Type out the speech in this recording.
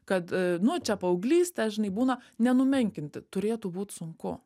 kad nu čia paauglystė žinai būna nenumenkinti turėtų būt sunku